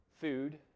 food